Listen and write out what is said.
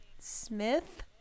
Smith